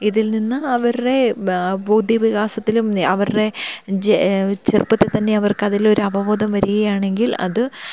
ഇതിൽ നിന്ന് അവരുടെ ബുദ്ധി വികാസത്തിലും അവരുടെ ചെറുപ്പത്തിൽ തന്നെ അവർക്ക് അതിലൊരു അവബോധം വരികയാണെങ്കിൽ അത്